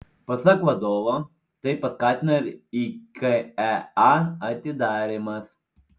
pasak vadovo tai paskatino ir ikea atidarymas